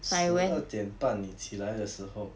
十二点你起来的时候